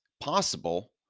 possible